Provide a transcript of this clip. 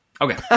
okay